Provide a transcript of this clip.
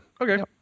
okay